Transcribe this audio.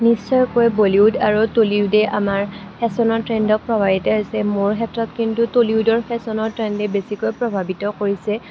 নিশ্চয়কৈ বলীউড আৰু টলিউডে আমাৰ ফেশ্বনৰ ট্ৰেণ্ডক প্ৰভাৱিত কৰিছে মোৰ ক্ষেত্ৰত কিন্তু টলিউডৰ ফেশ্বনৰ ট্ৰেণ্ডে বেছিকৈ প্ৰভাৱিত কৰিছে